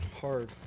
hard